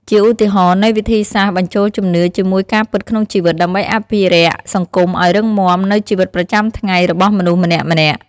ជាឧទាហរណ៍នៃវិធីសាស្ត្របញ្ចូលជំនឿជាមួយការពិតក្នុងជីវិត ដើម្បីអភិរក្សសង្គមឲ្យរឹងមាំ នូវជីវិតប្រចាំថ្ងៃរបស់មនុស្សម្នាក់ៗ។